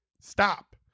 Stop